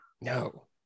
No